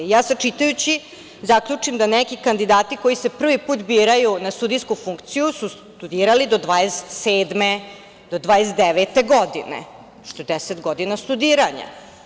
Ja sad, čitajući, zaključim da neki kandidati koji se prvi put biraju na sudijsku funkciju, su studirali do 27, do 29 godine što je deset godina studiranja.